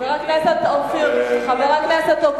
חבר הכנסת אופיר אקוניס,